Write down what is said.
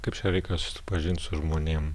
kaip čia reikia susipažint su žmonėm